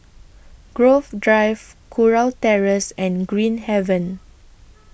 Grove Drive Kurau Terrace and Green Haven